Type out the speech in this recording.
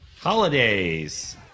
Holidays